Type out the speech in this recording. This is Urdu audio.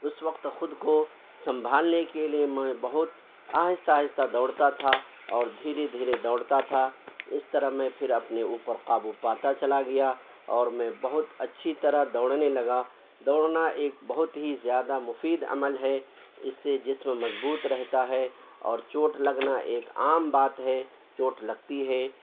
اس وقت خود کو سنبھالنے کے لیے میں بہت آہستہ آہستہ دوڑتا تھا اور دھیرے دھیرے دوڑتا تھا اس طرح میں پھر اپنے اوپر قابو پاتا چلا گیا اور میں بہت اچھی طرح دوڑنے لگا دوڑنا ایک بہت ہی زیادہ مفید عمل ہے اس سے جسم مضبوط رہتا ہے اور چوٹ لگنا ایک عام بات ہے چوٹ لگتی ہے